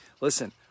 Listen